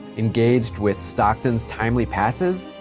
engaged with stockton's timely passes,